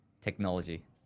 technology